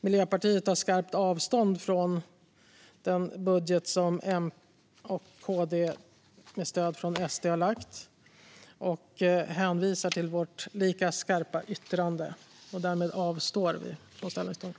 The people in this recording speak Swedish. Miljöpartiet tar skarpt avstånd från den budget som M och KD har lagt fram med stöd från SD. Jag hänvisar till vårt lika skarpa yttrande. Därmed avstår vi från ställningstagande.